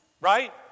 Right